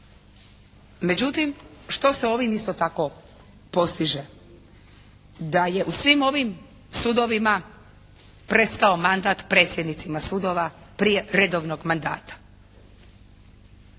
Međutim što se ovim isto tako postiže? Da je u svim ovim sudovima prestao mandat predsjednicima sudova prije redovnog mandata.